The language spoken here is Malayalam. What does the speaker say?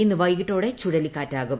ഇന്നു വൈകിട്ടോടെ ചുഴലിക്കാറ്റാകും